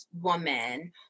woman